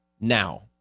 now